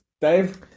Dave